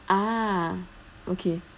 ah okay